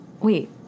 Wait